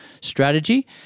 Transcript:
strategy